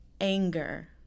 anger